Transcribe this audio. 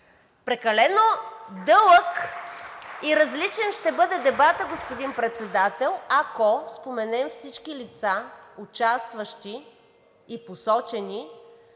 Прекалено дълъг и различен ще бъде дебатът, господин Председател, ако споменем всички лица, участващи и посочени